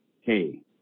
hey